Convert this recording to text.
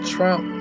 Trump